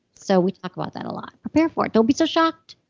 so we talk about that a lot. prepare for it. don't be so shocked.